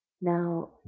now